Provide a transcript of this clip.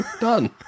Done